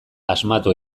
asmatu